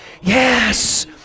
Yes